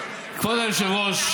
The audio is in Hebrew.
כבוד היושב-ראש,